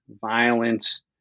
violence